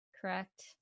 correct